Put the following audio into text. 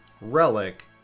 relic